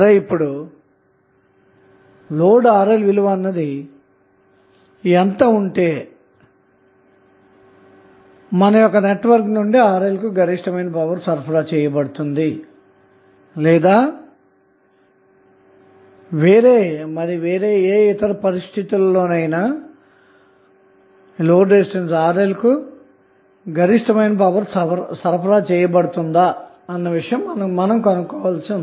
సరే ఇప్పుడు load RL విలువ అన్నది యెంత ఉంటె నెట్వర్క్ నుండి RL కు గరిష్టంగా పవర్ సరఫరా చేయబడుతుంది లేదా వేరే ఏ పరిస్థితులలోనైనా RL కు గరిష్ట పవర్ సరఫరా చేయబడుతుంది అన్న విషయం మనం కనుక్కోవాలి